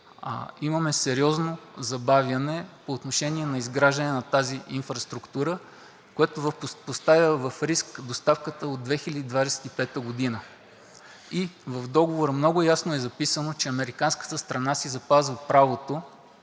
имаме сериозно забавяне по отношение на изграждане на тази инфраструктура, което поставя в риск доставката от 2025 г., и в Договора много ясно е записано, че американската страна си запазва правото